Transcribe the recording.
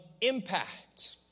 impact